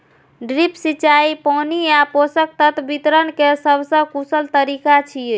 drip सिंचाई पानि आ पोषक तत्व वितरण के सबसं कुशल तरीका छियै